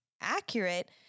accurate